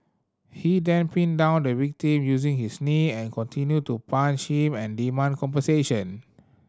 he then pinned down the victim using his knee and continued to punch him and demand compensation